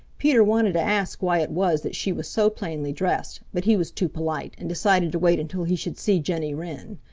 peter wanted to ask why it was that she was so plainly dressed, but he was too polite and decided to wait until he should see jenny wren.